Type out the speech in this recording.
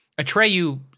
Atreyu